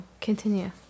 Continue